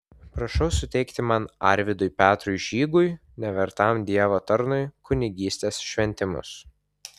prašau suteikti man arvydui petrui žygui nevertam dievo tarnui kunigystės šventimus